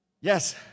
Yes